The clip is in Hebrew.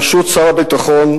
בראשות שר הביטחון,